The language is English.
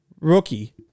rookie